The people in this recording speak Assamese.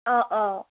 অঁ অঁ